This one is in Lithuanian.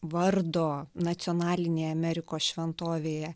vardo nacionalinėje amerikos šventovėje